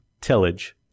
tillage